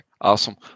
Awesome